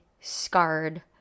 scarred